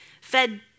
fed